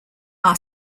are